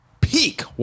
peak